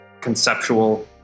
conceptual